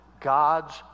God's